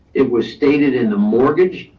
it was stated in the mortgage,